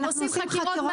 הם עושים חקירות,